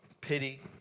pity